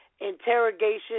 interrogation